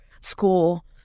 school